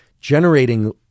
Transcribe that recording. generating